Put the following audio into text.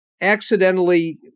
accidentally